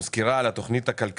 בוקר טוב לכולם.